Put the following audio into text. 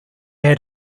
had